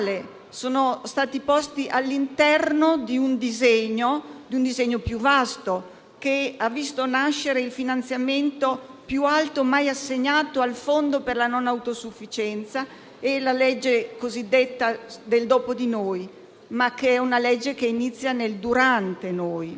sono stati posti all'interno di un disegno più vasto, che ha visto nascere il finanziamento più alto mai assegnato a un fondo per la non autosufficienza, e della legge cosiddetta del "dopo di noi", che è però una legge che inizia nel "durante noi".